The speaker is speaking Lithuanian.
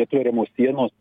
atveriamos sienos